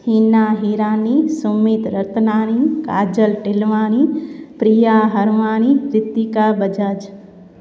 Heena Hirani Sumit Ratnani Kajal Tilwani Priya Harwani Kritika Bajaj